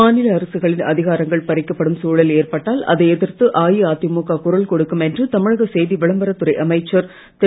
மாநில அரசுகளின் அதிகாரங்கள் பறிக்கப்படும் சூழல் ஏற்பட்டால் அதை எதிர்த்து அஇஅதிமுக குரல் கொடுக்கும் என்று தமிழக செய்தி விம்பரத் துறை அமைச்சர் திரு